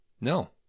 No